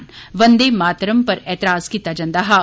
बंदे मातरम पर ऐतराज़ कीता जंदा हा